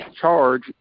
charge